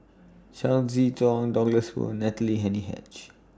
Chao Tzee Chong Douglas Foo Natalie Hennedige